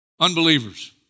unbelievers